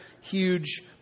huge